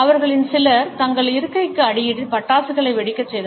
அவர்களில் சிலர் தங்கள் இருக்கைகளுக்கு அடியில் பட்டாசுகளை வெடிக்கச் செய்தனர்